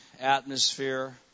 atmosphere